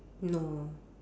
no